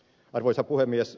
arvoisa puhemies